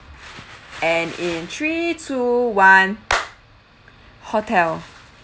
and in three two one hotel